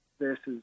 versus